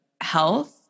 health